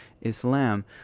Islam